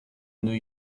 new